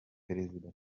perezida